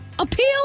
Appeal